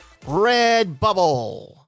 redbubble